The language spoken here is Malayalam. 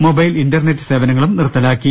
മൊബൈൽ ഇന്റർനെറ്റ് സേവനങ്ങളും നിർത്താലാ ക്കി